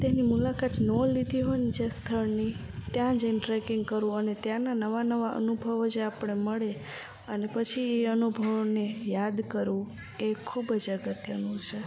તેની મુલાકાત ન લીધી હોય ને જે સ્થળની ત્યાં જઈને ટ્રેકિંગ કરવું અને ત્યાંનાં નવા નવા અનુભવો જે આપણે મળે અને પછી એ અનુભવોને યાદ કરવું એ ખૂબ જ અગત્યનું છે